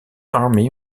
army